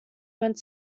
went